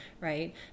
Right